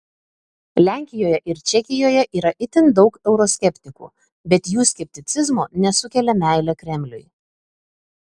lenkijoje ir čekijoje yra itin daug euroskeptikų bet jų skepticizmo nesukelia meilė kremliui